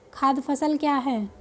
खाद्य फसल क्या है?